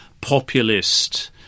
populist